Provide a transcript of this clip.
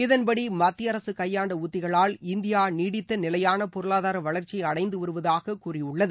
இதன்படி மத்திய அரசு கையாண்ட உத்திகளால் இந்தியா நீடித்த நிலையான பொருளாதார வளர்ச்சியை அடைந்துவருவதாக கூறியுள்ளது